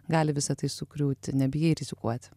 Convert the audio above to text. gali visa tai sugriūti nebijai rizikuoti